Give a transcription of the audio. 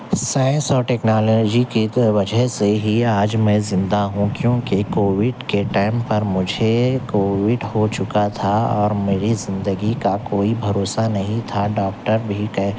science اور technology کی تو وجہ سے ہی آج میں زندہ ہوں کیوںکہ کووڈ کے ٹائم پر مجھے کووڈ ہو چکا تھا اور میری زندگی کا کوئی بھروسہ نہیں تھا ڈاکٹر بھی کہہ